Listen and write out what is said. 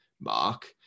Mark